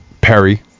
Perry